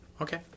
Okay